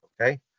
okay